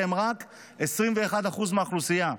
שהם רק 21% מהאוכלוסייה.